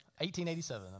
1887